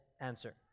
answer